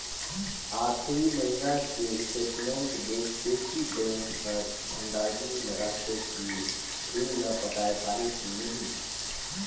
आखरी महिना के स्टेटमेंट देख के ही बैंक हर अंदाजी लगाथे कि रीन ल पटाय पाही की नही